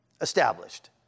established